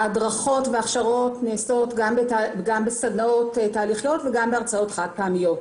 ההדרכות וההכשרות נעשות גם בסדנאות תהליכיות וגם בהרצאות חד פעמיות.